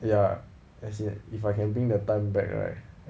ya let's say if I can bring the time back right